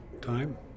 time